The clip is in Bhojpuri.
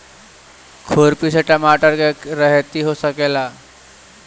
खुरपी से टमाटर के रहेती हो सकेला?